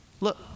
look